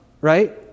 right